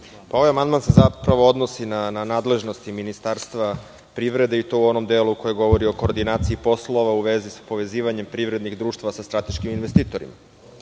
Ovaj amandman se zapravo odnosi na nadležnosti Ministarstva privrede i to u onom delu koji govori o koordinaciji poslova u vezi sa povezivanjem privrednih društava sa strateškim investitorima. Kao